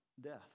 death